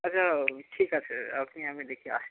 আচ্ছা ঠিক আছে আপনি আমি দেখি আসছি